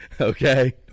Okay